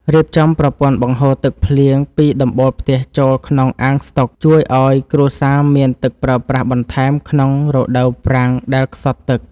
រៀបចំប្រព័ន្ធបង្ហូរទឹកភ្លៀងពីដំបូលផ្ទះចូលក្នុងអាងស្តុកជួយឱ្យគ្រួសារមានទឹកប្រើប្រាស់បន្ថែមក្នុងរដូវប្រាំងដែលខ្សត់ទឹក។